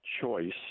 choice